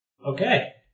Okay